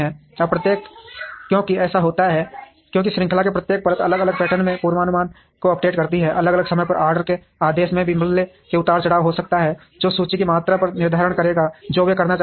अब प्रत्येक क्योंकि ऐसा होता है क्योंकि श्रृंखला में प्रत्येक परत अलग अलग पैटर्न में पूर्वानुमान को अपडेट करती है अलग अलग समय पर ऑर्डर के आदेश में भी मूल्य में उतार चढ़ाव हो सकता है जो सूची की मात्रा का निर्धारण करेगा जो वे करना चाहते हैं